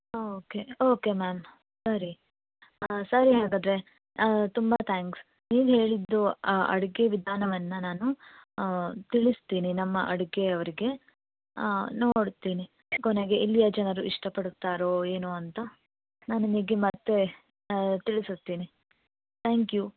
okay okay ma'am ಸರಿ ಸರಿ ಹಾಗಾದರೆ ತುಂಬ ತ್ಯಾಂಕ್ಸ್ ನೀವು ಹೇಳಿದ್ದು ಅಡುಗೆ ವಿಧಾನವನ್ನು ನಾನು ತಿಳಿಸ್ತೀನಿ ನಮ್ಮ ಅಡುಗೆಯವ್ರಿಗೆ ನೋಡ್ತೀನಿ ಕೊನೆಗೆ ಇಲ್ಲಿಯ ಜನರು ಇಷ್ಟಪಡುತ್ತಾರೋ ಏನೋ ಅಂತ ನಾನು ನಿಮಗೆ ಮತ್ತೆ ತಿಳಿಸುತ್ತೇನೆ ತ್ಯಾಂಕ್ ಯು